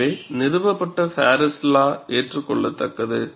எனவே நிறுவப்பட்ட Paris law ஏற்றுக்கொள்ளத்தக்கது